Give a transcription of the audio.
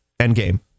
Endgame